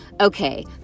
Okay